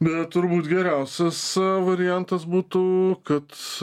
bet turbūt geriausias variantas būtų kad